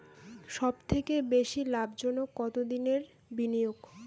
সবথেকে বেশি লাভজনক কতদিনের বিনিয়োগ?